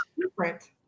Different